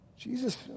Jesus